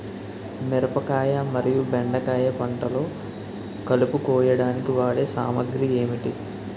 మిరపకాయ మరియు బెండకాయ పంటలో కలుపు కోయడానికి వాడే సామాగ్రి ఏమిటి?